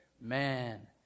man